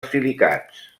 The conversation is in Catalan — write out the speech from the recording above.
silicats